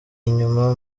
inyuma